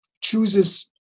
chooses